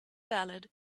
ballad